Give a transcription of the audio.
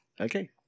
okay